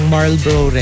Marlboro